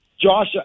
Josh